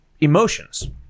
emotions